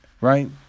Right